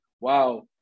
wow